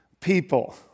people